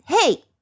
Hey